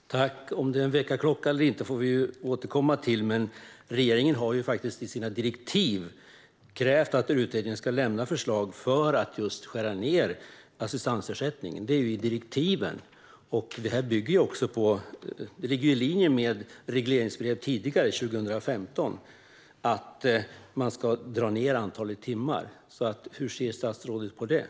Fru talman! Om det är en väckarklocka eller inte får vi återkomma till. Men regeringen har faktiskt i sina direktiv krävt att utredningen ska lämna förslag om att skära ned assistansersättningen. Det framgår av direktiven. Det ligger också i linje med tidigare regleringsbrev 2015 att man ska dra ned på antalet timmar. Hur ser statsrådet på detta?